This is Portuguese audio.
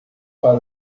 para